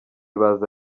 baza